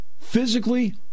physically